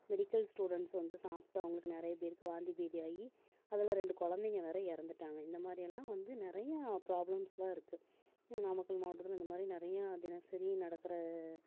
medical students வந்து சாப்பிட்டு அவங்களுக்கு நிறைய பேருக்கு வாந்தி பேதி ஆகி அதில் ரெண்டு குழந்தைங்க வேற இறந்துட்டாங்க இந்த மாதிரியெல்லாம் வந்து நிறைய ப்ராப்ளம்ஸ்லாம் இருக்கு நாமக்கல் மாவட்டத்தில் இந்த மாதிரி நிறையா தினசரி நடக்கிற